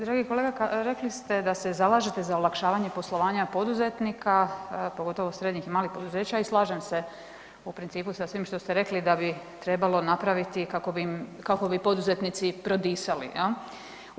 Dragi kolega rekli ste da se zalažete za olakšavanje poslovanja poduzetnika, pogotovo srednjih i malih poduzeća i slažem se u principu sa svim što ste rekli da bi trebalo napraviti kako bi im, kako bi poduzetnici prodisali jel?